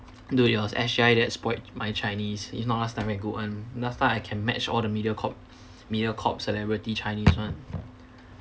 dude it was S_J_I that spoiled my chinese if not last time I good [one] last time I can match all the Mediacorp Mediacorp celebrity chinese [one]